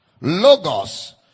Logos